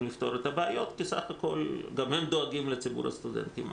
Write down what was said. לפתור את הבעיות כי סך הכול גם הם דואגים לציבור הסטודנטים.